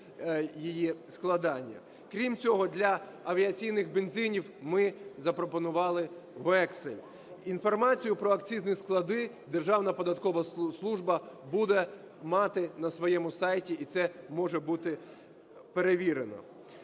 Крім цього для авіаційних бензинів ми запропонували вексель. Інформацію про акцизні склади Державна податкова служба буде мати на своєму сайті, і це може бути перевірено.